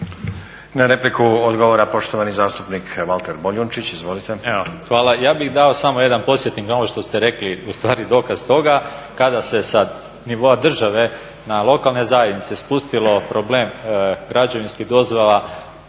Na repliku odgovara poštovani zastupnik Valter Boljunčić, izvolite. **Boljunčić, Valter (IDS)** Evo hvala. Ja bih dao samo jedan podsjetnik na ovo što ste rekli, ustvari dokaz toga, kada se sa nivoa države na lokalne zajednice spustilo problem građevinskih dozvola